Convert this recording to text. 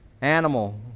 animal